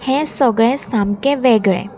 हें सगळें सामकें वेगळें